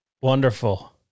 wonderful